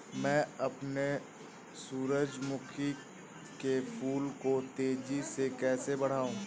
मैं अपने सूरजमुखी के फूल को तेजी से कैसे बढाऊं?